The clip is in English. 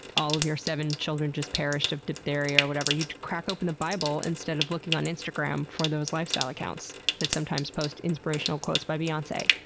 all of your seven children just perished of diphtheria or whatever, you'd crack open the bible instead of looking on instagram for those lifestyle accounts that sometimes post inspirational quotes by beyonce.